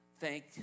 thank